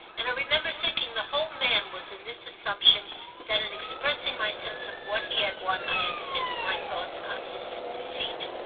and i remember thinking the whole man was in this assumption that in expressing my sense of what he had won i had fixed my thoughts on his seat.